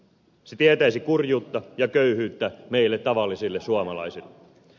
se tietäisi kurjuutta ja köyhyyttä meille tavallisille suomalaisille